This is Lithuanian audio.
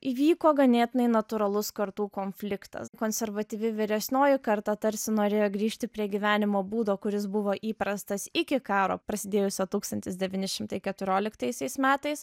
įvyko ganėtinai natūralus kartų konfliktas konservatyvi vyresnioji karta tarsi norėjo grįžti prie gyvenimo būdo kuris buvo įprastas iki karo prasidėjusio tūkstantis devyni šimtai keturioliktaisiais metais